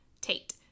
Tate